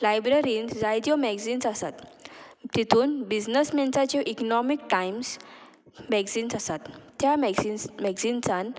लायब्ररींत जायत्यो मॅगजिन्स आसात तितून बिजनस मेन्साच्यो इकनॉमीक टायम्स मॅगजिन्स आसात त्या मॅग्जिन्स मॅगजिन्सान